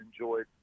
enjoyed